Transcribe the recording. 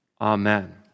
Amen